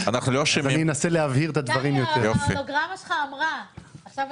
ההולוגרמה שלך אמרה.